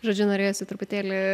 žodžiu norėjosi truputėlį